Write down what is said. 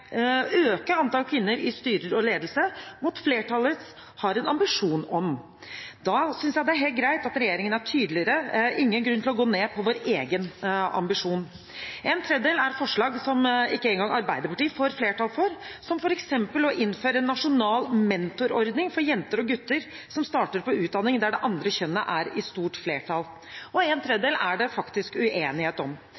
øke antallet kvinner i styrer og ledelse, flertallet har en ambisjon om det. Da synes jeg det er helt greit at regjeringen er tydeligere, og det er ingen grunn til å gå ned i vårt eget ambisjonsnivå. En tredjedel av forslagene er forslag ikke engang Arbeiderpartiet får flertall for, som f.eks. å innføre en nasjonal mentorordning for jenter og gutter som starter på utdanning der det andre kjønnet er i stort flertall. Og en